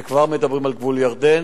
וכבר מדברים על גבול ירדן,